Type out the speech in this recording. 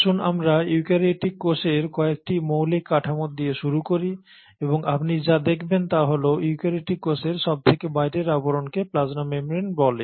আসুন আমরা ইউক্যারিওটিক কোষের কয়েকটি মৌলিক কাঠামো দিয়ে শুরু করি এবং আপনি যা দেখবেন তা হল ইউক্যারিওটিক কোষের সবথেকে বাইরের আবরণকে প্লাজমা মেমব্রেন বলে